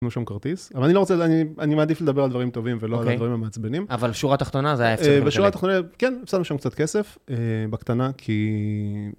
קנו שם כרטיס, אבל אני לא רוצה, אני מעדיף לדבר על דברים טובים ולא על הדברים המעצבנים. אבל בשורה התחתונה זה היה קצת יותר יפה. כן, הפסדנו שם קצת כסף, בקטנה, כי...